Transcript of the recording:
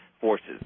forces